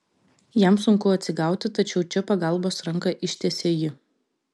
jam sunku atsigauti tačiau čia pagalbos ranką ištiesia ji